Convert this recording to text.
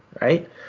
right